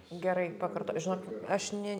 gerai pakarto žinok aš ni